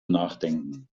nachdenken